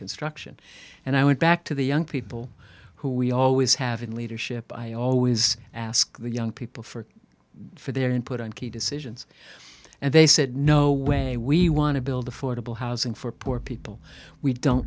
construction and i went back to the young people who we always have in leadership i always ask the young people for for their input on key decisions and they said no way we want to build affordable housing for poor people we don't